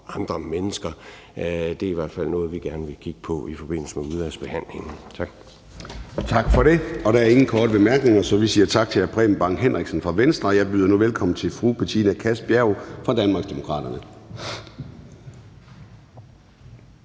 andre mennesker. Det er i hvert fald noget, vi gerne vil kigge på i forbindelse med udvalgsbehandlingen. Tak. Kl. 09:07 Formanden (Søren Gade): Tak for det. Der er ingen korte bemærkninger, så vi siger tak til hr. Preben Bang Henriksen fra Venstre, og jeg byder nu velkommen til fru Betina Kastbjerg fra Danmarksdemokraterne.